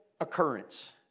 occurrence